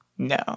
No